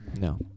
No